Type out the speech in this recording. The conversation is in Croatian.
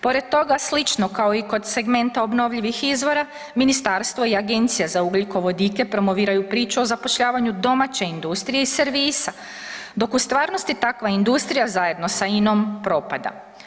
Pored toga slično kao i kod segmenta obnovljivih izvora ministarstvo i Agencija za ugljikovodike promoviraju priče o zapošljavanju domaće industrije i servisa dok u stvarnosti takva industrija zajedno sa INOM propada.